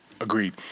Agreed